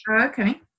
Okay